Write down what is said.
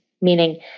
meaning